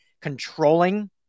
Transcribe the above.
controlling